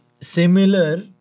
similar